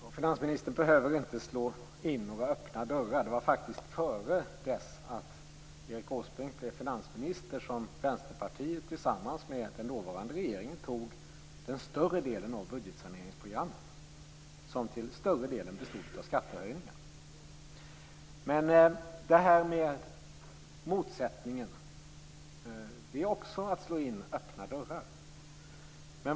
Herr talman! Finansministern behöver inte slå in några öppna dörrar. Det var faktiskt före det att Erik Åsbrink blev finansminister som Vänsterpartiet tillsammans med den dåvarande regeringen antog större delen av budgetsaneringsprogrammet - som till större delen bestod av skattehöjningar. Frågan om motsättningen är också att slå in öppna dörrar.